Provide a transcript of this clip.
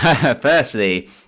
firstly